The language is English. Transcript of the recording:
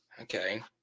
Okay